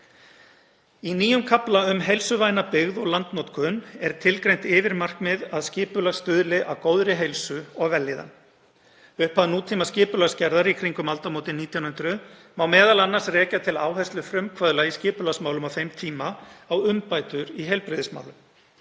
Í nýjum kafla um heilsuvæna byggð og landnotkun er tilgreint yfirmarkmið að skipulag stuðli að góðri heilsu og vellíðan. Upphaf nútímaskipulagsgerðar í kringum aldamótin 1900 má m.a. rekja til áherslu frumkvöðla í skipulagsmálum á þeim tíma á umbætur í heilbrigðismálum.